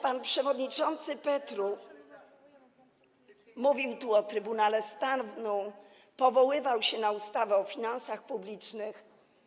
Pan przewodniczący Petru mówił tu o Trybunale Stanu, powoływał się na ustawę o finansach publicznych.